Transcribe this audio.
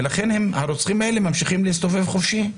ולכן הרוצחים האלה ממשיכים להסתובב חופשי.